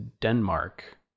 Denmark